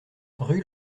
rue